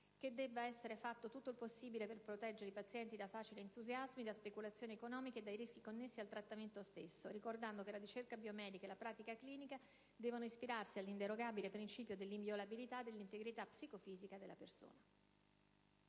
debba essere fatto tutto il possibile per proteggere i pazienti da facili entusiasmi, da speculazioni economiche e dai rischi connessi al trattamento stesso, ricordando che la ricerca biomedica e la pratica clinica devono ispirarsi all'inderogabile principio dell'inviolabilità dell'integrità psicofisica della persona».